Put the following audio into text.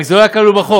רק שזה לא היה כלול בחוק.